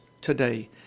today